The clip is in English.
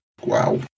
Wow